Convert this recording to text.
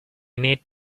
need